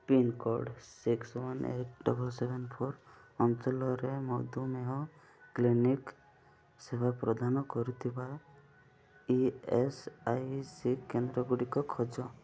pincode six one double seven four ଅଞ୍ଚଳରେ ମଧୁମେହ clinic ସେବା ପ୍ରଦାନ କରୁଥିବା ଇ ଏସ୍ ଆଇ ସି କେନ୍ଦ୍ରଗୁଡ଼ିକ ଖୋଜ